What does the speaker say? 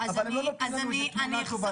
אבל הם לא נותנים לנו תמונה טובה יותר.